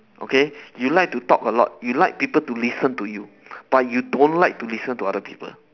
okay you like to talk a lot you like people to listen to you but you don't like to listen to other people